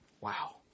Wow